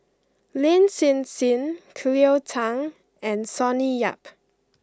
Lin Hsin Hsin Cleo Thang and Sonny Yap